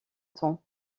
temps